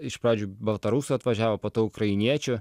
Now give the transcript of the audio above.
iš pradžių baltarusių atvažiavo po to ukrainiečių